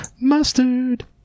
Mustard